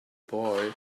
boy